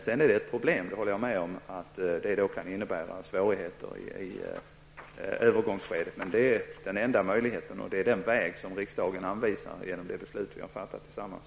Jag håller med om att detta är ett problem och att det kan innebära svårigheter i övergångsskedet. Men detta är den enda möjligheten och den väg som riksdagen anvisat genom det beslut vi gemensamt har fattat.